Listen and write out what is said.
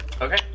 Okay